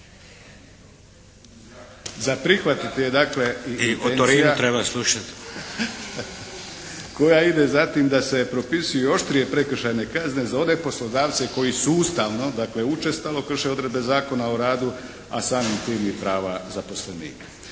slušati. **Tomljanović, Emil (HDZ)** Koja ide za tim da se propisuju i oštrije prekršajne kazne za one poslodavce koji sustavno dakle učestalo krše odredbe Zakona o radu a samim tim i prava zaposlenika.